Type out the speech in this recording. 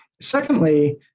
Secondly